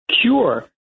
cure